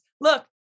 look